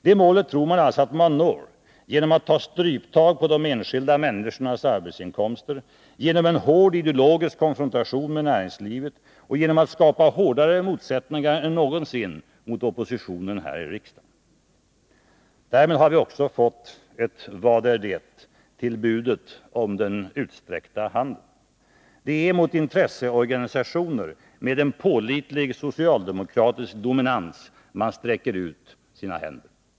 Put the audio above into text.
Det målet tror man att man når genom att ta stryptag på de enskilda människornas arbetsinkomster, genom en hård ideologisk konfrontation med näringslivet och genom att skapa hårdare motsättningar än någonsin mot oppositionen här i riksdagen. Därmed har vi också fått ett ”Vad är det?” till budet om den utsträckta handen. Det är mot intresseorganisationer med en pålitlig socialdemokratisk dominans man sträcker ut sina händer.